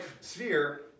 sphere